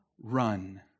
run